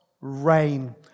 rain